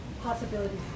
possibilities